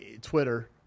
Twitter